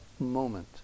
moment